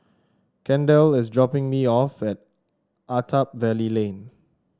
Kendal is dropping me off at Attap Valley Lane